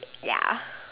ya